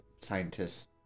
scientists